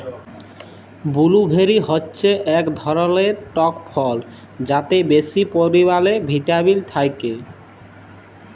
blueberry হচ্যে এক ধরলের টক ফল যাতে বেশি পরিমালে ভিটামিল থাক্যে